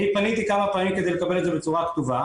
אני פניתי כמה פעמים כדי לקבל את זה בצורה כתובה,